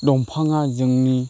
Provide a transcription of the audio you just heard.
दंफाङा जोंनि